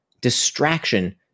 distraction